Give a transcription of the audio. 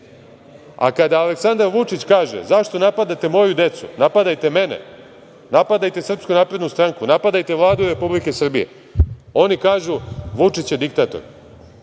a kada Aleksandar Vučić kaže – zašto napadate moju decu, napadajte mene, napadajte SNS, napadajte Vladu Republike Srbije, oni kažu – Vučić je diktator,